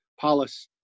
Palace